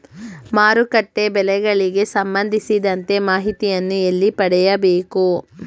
ಮಾರುಕಟ್ಟೆ ಬೆಲೆಗಳಿಗೆ ಸಂಬಂಧಿಸಿದಂತೆ ಮಾಹಿತಿಯನ್ನು ಎಲ್ಲಿ ಪಡೆಯಬೇಕು?